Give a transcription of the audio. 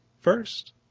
first